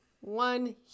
one